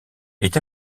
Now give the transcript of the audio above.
est